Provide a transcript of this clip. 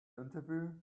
interview